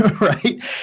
Right